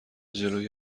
جلوی